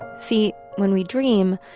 see, when we dream,